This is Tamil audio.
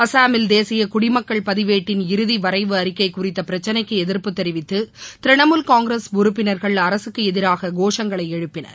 அசாமில் தேசியகுடிமக்கள் பதிவேட்டின் இறுதிவரைவு அறிக்கைகுறித்தபிரக்களைக்குஎதிர்ப்பு தெரிவித்ததிரிணாமுல் காங்கிரஸ் உறுப்பினர்கள் அரசுக்குஎதிராககோஷங்களைஎழுப்பினர்